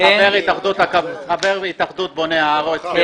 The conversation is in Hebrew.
חבר התאחדות בוני הארץ.